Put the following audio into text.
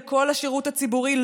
וכל השירות הציבורי,